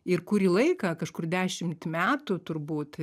ir kurį laiką kažkur dešimt metų turbūt